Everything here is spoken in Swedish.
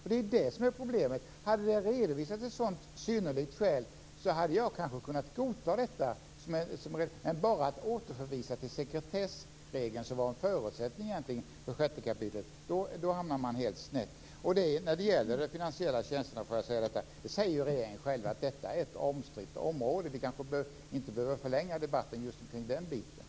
Hade det redovisats ett synnerligt skäl hade jag kunnat godta det. Men att endast hänvisa till sekretessregeln, som är en förutsättning för 6 kap., gör att man hamnar helt snett. Regeringen säger själv att finansiella tjänster är ett omstritt område. Vi kanske inte behöver förlänga debatten om just detta.